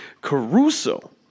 Caruso